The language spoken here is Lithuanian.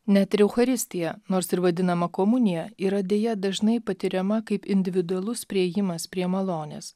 net ir eucharistija nors ir vadinama komunija yra deja dažnai patiriama kaip individualus priėjimas prie malonės